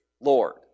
Lord